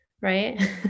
Right